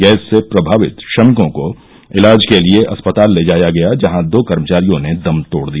gas से प्रभावित श्रमिकों को इलाज के लिये अस्पताल ले जाया गया जहां दो कर्मचारियों ने दम तोड़ दिया